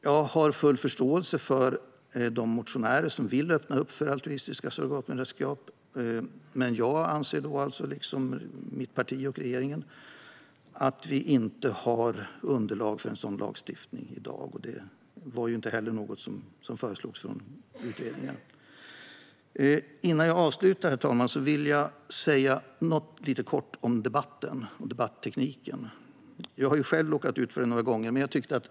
Jag har full förståelse för de motionärer som vill öppna för altruistiskt surrogatmoderskap, men jag, liksom mitt parti och regeringen, anser att vi inte har underlag för en sådan lagstiftning i dag. Det är heller inget som föreslagits av utredningen. Innan jag avslutar vill jag säga något kort om debatten och debattekniken. Jag har själv råkat ut för det några gånger.